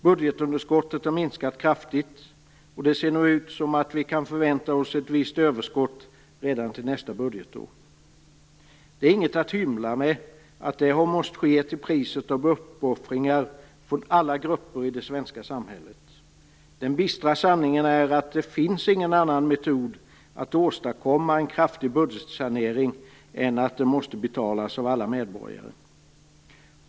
Budgetunderskottet har minskat kraftigt, och det ser nu ut som om vi kan förvänta oss ett visst överskott redan till nästa budgetår. Det är inget att hymla med att det har måst ske till priset av uppoffringar från alla grupper i det svenska samhället. Den bistra sanningen är att det inte finns någon annan metod att åstadkomma en kraftig budgetsanering än att den måste betalas av alla medborgare.